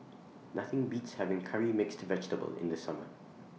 Nothing Beats having Curry Mixed Vegetable in The Summer